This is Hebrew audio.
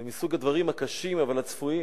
זה מסוג הדברים הקשים אבל הצפויים.